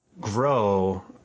grow